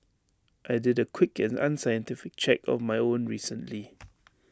I did A quick and unscientific check of my own recently